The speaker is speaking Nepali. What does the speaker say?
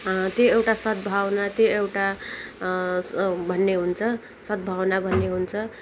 त्यो एउटा सद्भावना त्यो एउटा भन्ने हुन्छ सद्भावना भन्ने हुन्छ